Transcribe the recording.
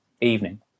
evening